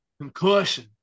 Concussion